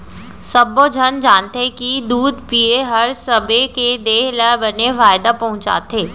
सब्बो झन जानथें कि दूद पिए हर सबे के देह ल बने फायदा पहुँचाथे